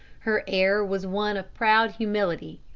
her air was one of proud humility.